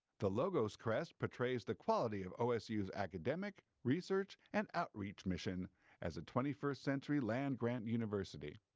the logo's crest portrays the quality of osu's academic, research and outreach mission as a twenty first century land grant university.